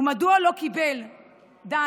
מדוע דן לא קיבל טיפול?